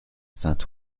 saint